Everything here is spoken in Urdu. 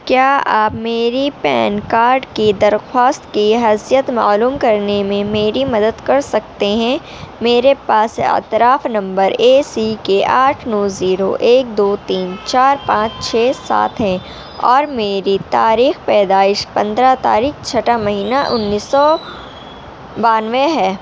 کیا آپ میری پین کارڈ کی درخواست کی حیثیت معلوم کرنے میں میری مدد کر سکتے ہیں میرے پاس اعتراف نمبر اے سی کے آٹھ نو زیرو ایک دو تین چار پانچ چھ سات ہے اور میری تاریخِ پیدائش پندرہ تاریخ چھٹا مہینہ انیس سو بانوے ہے